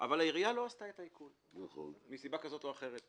אבל העירייה לא עשתה את העיקול מסיבה כזאת או אחרת.